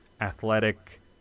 athletic